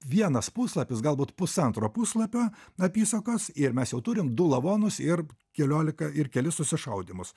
vienas puslapis galbūt pusantro puslapio apysakos ir mes jau turim du lavonus ir keliolika ir kelis susišaudymus